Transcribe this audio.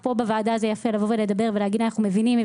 פה בוועדה זה יפה להגיד: אנחנו מבינים,